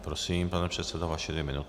Prosím, pane předsedo, vaše dvě minuty.